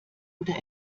oder